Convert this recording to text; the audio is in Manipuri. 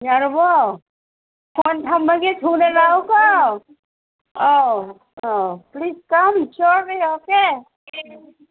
ꯌꯥꯔꯕꯣ ꯐꯣꯟ ꯊꯝꯃꯒꯦ ꯊꯨꯅ ꯂꯥꯛꯑꯣꯀꯣ ꯑꯥꯎ ꯑꯥꯎ ꯄ꯭ꯂꯤꯁ ꯀꯝ ꯁꯤꯌꯣꯔꯂꯤ ꯑꯣꯀꯦ